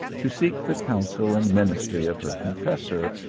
to seek the counsel and ministry of her confessor,